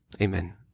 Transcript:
Amen